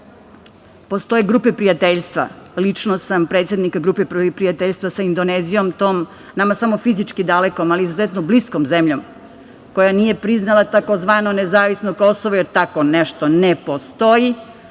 postoje grupe prijateljstva, lično sam predsednik Grupe prijateljstva sa Indonezijom tom, nama samo fizički dalekom, ali izuzetno bliskom zemljom koja nije priznala tzv. nezavisno Kosovo, jer tako nešto ne postoji,